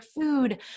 food